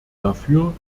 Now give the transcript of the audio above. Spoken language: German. dafür